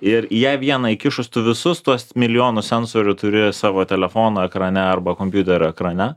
ir ją vieną įkišus tu visus tuos milijonus sensorių turi savo telefono ekrane arba kompiuterio ekrane